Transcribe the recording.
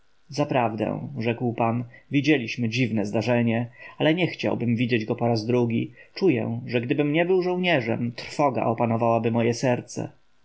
zaprawdę rzekł pan widzieliśmy dziwne zdarzenie ale nie chciałbym widzieć go po raz drugi czuję że gdybym nie był żołnierzem trwoga opanowałaby moje serce